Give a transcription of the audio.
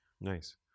Nice